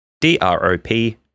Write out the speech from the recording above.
D-R-O-P